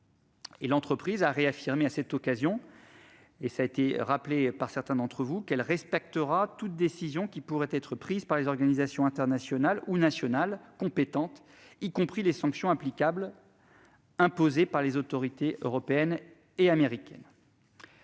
L'entreprise a réaffirmé à cette occasion, comme l'ont rappelé certains d'entre vous, qu'elle respectera toute décision qui pourrait être prise par les organisations internationales ou nationales compétentes, y compris les sanctions imposées par les autorités européennes et américaines.